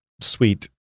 sweet